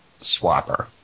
swapper